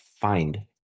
find